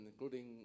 including